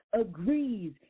agrees